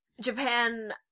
Japan